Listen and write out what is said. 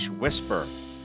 whisper